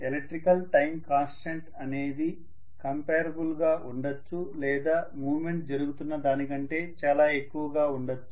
electrical time constant అనేది comparable గా ఉండొచ్చు లేదా మూవ్మెంట్ జరుగుతున్న దానికంటే చాలా ఎక్కువగా ఉండొచ్చు